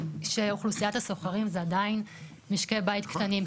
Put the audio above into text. שאוכלוסיית השוכרים הם עדיין משקי בית קטנים.